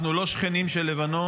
אנחנו לא שכנים של לבנון,